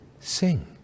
sing